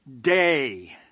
day